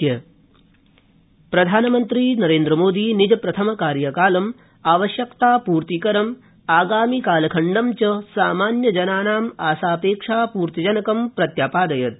प्रधानमन्त्री प्रधानमन्त्री नरेन्द्रमोदी निजप्रथम कार्यकालम् आवश्यकतापूर्तिकरम् आगामि कालखण्ड च सामान्यजनानाम् आशापेक्षापूर्ति जनकं प्रत्यपादयत्